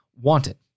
wanted